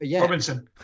Robinson